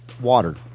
water